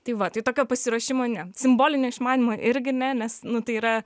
tai va tai tokio pasiruošimo ne simbolinio išmanymo irgi ne nes nu tai yra